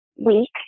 week